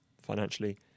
financially